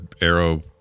arrow